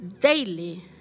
daily